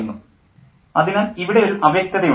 professor അതിനാൽ ഇവിടെ ഒരു അവ്യക്തത ഉണ്ട്